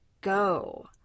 go